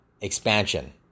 expansion